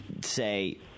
say